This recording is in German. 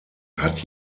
hat